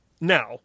Now